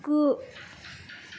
गु